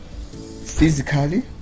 Physically